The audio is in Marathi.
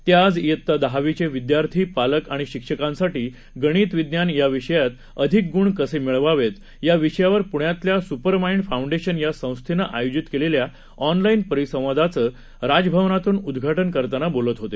ते आज इयत्ता दहावीचे विद्यार्थी पालक आणि शिक्षकासाठी गणित विज्ञान या विषयांत अधिक ग्ण कसे मिळवावेत या विषयावर पुण्यातल्या सुपरमाईड फाउंडेशन या संस्थेनं आयोजित केलेल्या ऑनलाईन परिसंवादाचं राजभवनातून उदघाटन करताना बोलते होते